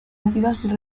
acidosis